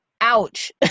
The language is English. Ouch